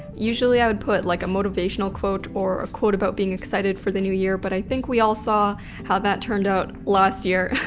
usually i would put like a motivational quote or a quote about being excited for the new year but i think we all saw how that turned out last year.